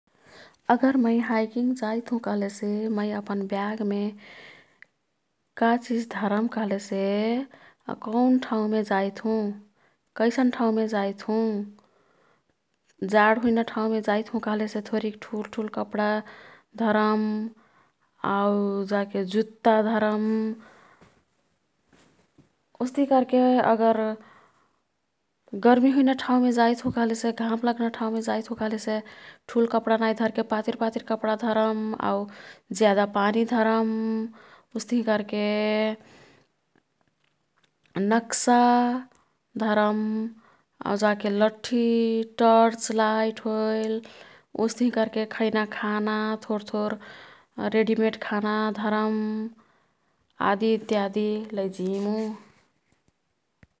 अगर मै हाईकिंग जाईत् हुँ कह्लेसे मै अपन ब्यागमे का चिज धरम कह्लेसे कौन ठाउँमे जाईत् हुँ? कैसन ठाउँमे जाईत् हुँ? जाड हुइना ठाउँमे जाईत् हुँ कह्लेसे थोरिक ठुल ठुल कपडा धरम। आउ जाके जुत्ता धरम उस्तिही कर्के अगर गर्मी हुइना ठाउँमे जाईत् हुँ कह्लेसे, घाम लग्ना ठाउँमे जाईत् हुँ कह्लेसे ठुल कपडा नाई धरके पातिर पातिर कपडा धरम आउ ज्यादा पानी धरम। उस्तिही कर्के नक्सा धरम आउ जाके लठ्ठी, टर्च लाईट होएल उस्तिही कर्के खैना खाना थोर थोर, रेडीमेड खाना धरम आदि इत्यादी लैजिमु।